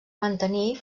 mantenir